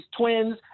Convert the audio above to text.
twins